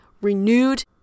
renewed